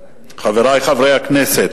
חברי חברי הכנסת,